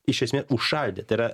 iš esmė užšaldė tai yra